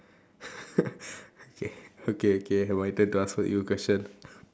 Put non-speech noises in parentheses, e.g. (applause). (laughs) okay okay okay my turn to ask you question